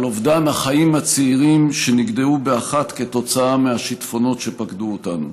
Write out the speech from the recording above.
על אובדן החיים הצעירים שנגדעו באחת כתוצאה מהשיטפונות שפקדו אותנו.